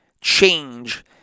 change